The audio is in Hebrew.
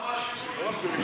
למה ויתרנו על החלל?